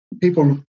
people